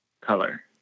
Color